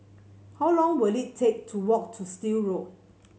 how long will it take to walk to Still Road